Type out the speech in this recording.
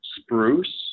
spruce